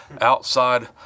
outside